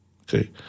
okay